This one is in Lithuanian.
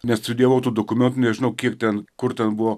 nestudijavau tų dokumentų nežinau kiek ten kur ten buvo